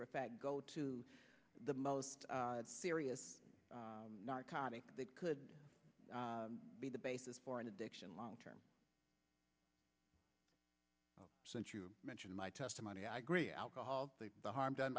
for a fact go to the most serious narcotic that could be the basis for an addiction long term since you mentioned my testimony i agree alcohol the harm done